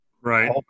Right